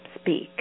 speak